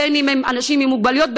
בין שהם אנשים עם מוגבלויות,